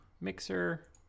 mixer